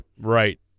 Right